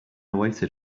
waited